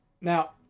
Now